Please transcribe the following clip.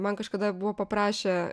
man kažkada buvo paprašę